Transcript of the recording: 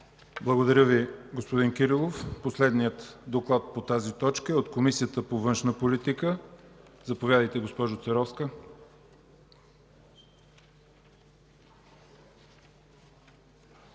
Благодаря Ви, господин Кирилов. Последният доклад по тази точка е от Комисията по външна политика. Заповядайте, госпожо Церовска.